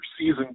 season